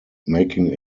making